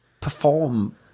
perform